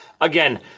Again